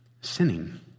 sinning